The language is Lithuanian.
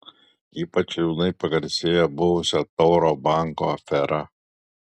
ypač liūdnai pagarsėjo buvusio tauro banko afera